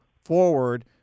forward